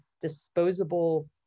disposable